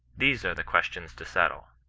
these are the questions to settle.